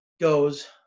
goes